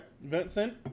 Vincent